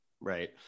Right